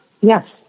yes